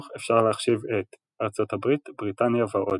אפשר להחשיב את ארצות הברית בריטניה ועוד.